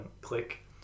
Click